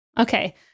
Okay